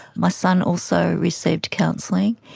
my son also received counselling,